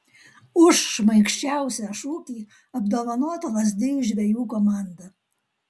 už šmaikščiausią šūkį apdovanota lazdijų žvejų komanda